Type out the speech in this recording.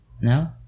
No